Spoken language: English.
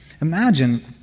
Imagine